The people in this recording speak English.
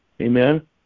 amen